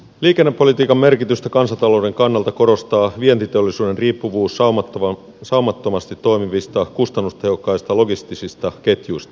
liikennepolitiikan merkitystä kansantalouden kannalta korostaa vientiteollisuuden riippuvuus saumattomasti toimivista kustannustehokkaista logistisista ketjuista